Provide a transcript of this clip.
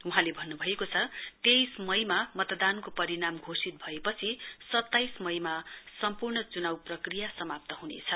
वहाँले भन्नभयो तेइस मईमा मतदानको परिणाम घोषित भएपछि सताइस मईमा सम्पूर्ण च्नाउ प्रक्रिया समाप्त ह्नेछ